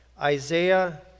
Isaiah